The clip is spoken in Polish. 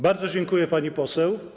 Bardzo dziękuję, pani poseł.